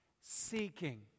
seeking